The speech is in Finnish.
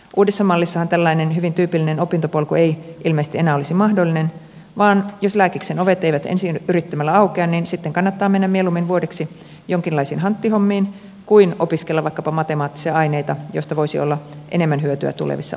uudessa mallissahan tällainen hyvin tyypillinen opintopolku ei ilmeisesti enää olisi mahdollinen vaan jos lääkiksen ovet eivät ensi yrittämällä aukea niin sitten kannattaa mennä mieluummin vuodeksi jonkinlaisiin hanttihommiin kuin opiskella vaikkapa matemaattisia aineita joista voisi olla enemmän hyötyä tulevissa opinnoissa